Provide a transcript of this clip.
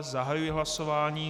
Zahajuji hlasování.